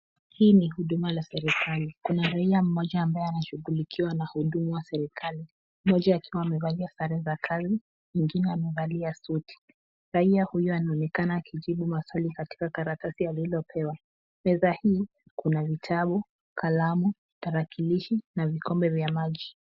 Hii ni huduma la serikali. Kuna raia mmoja ambaye anashughulikiwa na wahudumu wa serikali mmoja akiwa amevalia sare za kazi, mwingine amevalia suti. Raia huyu anaonekana akijibu maswali katika karatasi alilopewa. Meza hii kuna vitabu, kalamu, tarakilishi na vikombe vya maji.